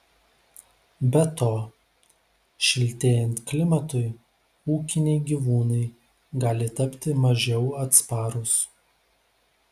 be to šiltėjant klimatui ūkiniai gyvūnai gali tapti mažiau atsparūs